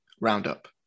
Roundup